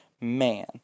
man